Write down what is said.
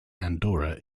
andorra